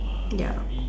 ya